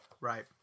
Right